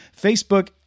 Facebook